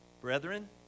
Brethren